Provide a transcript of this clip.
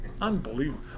Unbelievable